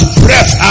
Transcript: breath